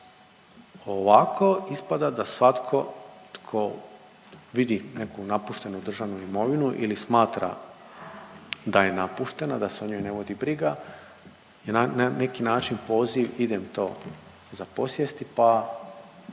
Ovako ispada da svatko tko vidi neku napuštenu državnu imovinu ili smatra da je napuštena, da se o njoj ne vodi briga, je na neki način poziv idem to zaposjesti pa